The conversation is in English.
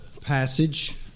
passage